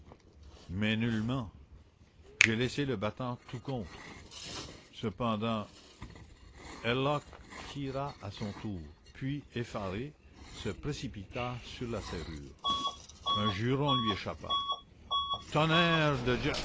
mais nullement j'ai laissé le battant tout contre cependant herlock tira à son tour puis effaré se précipita sur la serrure un juron lui échappa tonnerre de